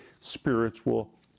spiritual